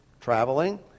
Traveling